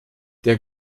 der